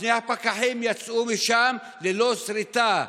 שני הפקחים יצאו משם ללא שריטה.